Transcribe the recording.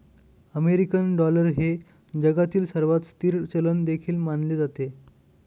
American dollar हे जगातील सर्वात स्थिर चलन देखील मानले जाते